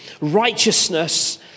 righteousness